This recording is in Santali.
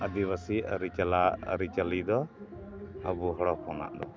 ᱟᱹᱫᱤᱵᱟᱹᱥᱤ ᱟᱹᱨᱤ ᱪᱟᱞᱟ ᱟᱹᱨᱤᱪᱟᱹᱞᱤ ᱫᱚ ᱟᱵᱚ ᱦᱚᱲ ᱦᱚᱯᱚᱱᱟᱜ ᱫᱚ